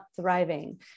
thriving